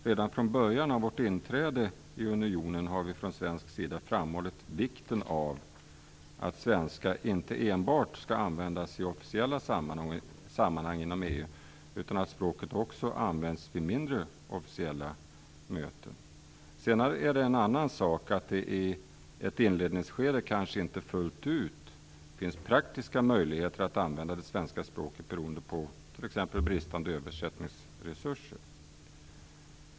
Redan från början, vid vårt inträde i unionen, har vi från svensk sida framhållit vikten av att svenska inte enbart skall användas i officiella sammanhang inom EU utan även vid mindre officiella möten. Sedan är det en annan sak att det i ett inledningsskede kanske inte fullt ut finns praktiska möjligheter att använda det svenska språket beroende på t.ex. bristande översättningsresurser.